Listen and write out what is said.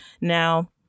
Now